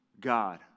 God